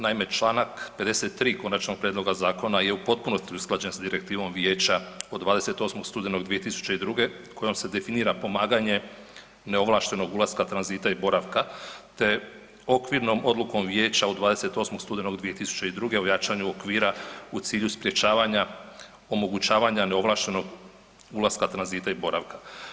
Naime, Članak 53. konačnog prijedloga zakona je u potpunosti usklađen s Direktivom Vijeća od 28. studenog 2002. kojom se definira pomaganje neovlaštenog ulaska tranzita i boravka te okvirnom odlukom Vijeća od 28. studenog 2002. o jačanju okvira u cilju sprječavanja omogućavanja neovlaštenog ulaska tranzita i boravka.